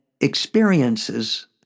experiences